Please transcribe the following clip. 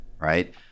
Right